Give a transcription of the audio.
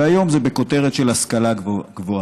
והיום זה בכותרת של השכלה גבוהה.